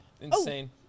insane